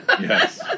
yes